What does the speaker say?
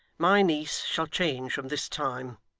my niece shall change from this time.